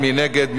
מי נמנע?